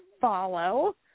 follow